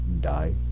die